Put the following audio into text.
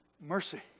mercy